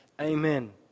Amen